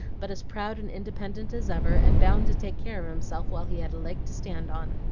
but as proud and independent as ever, and bound to take care of himself while he had a leg to stand on.